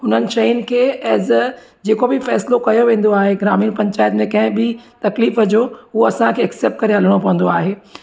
उन्हनि शयुनि खे एज़ अ जेको बि फ़ैसलो कयो वेंदो आहे ग्रामीण पंचायत में कंहिं बि तकलीफ़ जो उहो असांखे एक्सेप्ट करे हलिणो पवंदो आहे